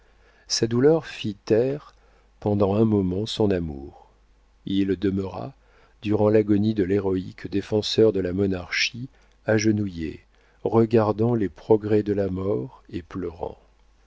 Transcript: sa douleur fit taire pendant un moment son amour il demeura durant l'agonie de l'héroïque défenseur de la monarchie agenouillé regardant les progrès de la mort et pleurant